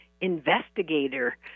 investigator